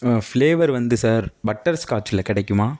flavour வந்து sir பட்டர்ஸ்காட்சில் கிடைக்குமா